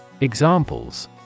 Examples